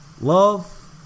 Love